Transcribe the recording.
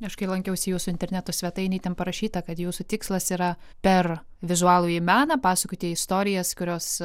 aš kai lankiausi jūsų interneto svetainėj ten parašyta kad jūsų tikslas yra per vizualųjį meną pasakoti istorijas kurios